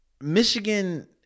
Michigan